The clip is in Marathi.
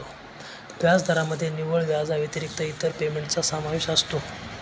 व्याजदरामध्ये निव्वळ व्याजाव्यतिरिक्त इतर पेमेंटचा समावेश होतो